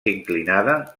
inclinada